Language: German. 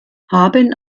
haben